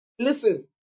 Listen